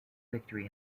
victory